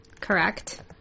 Correct